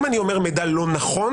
אם אני אומר מידע לא נכון,